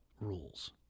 rules